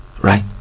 right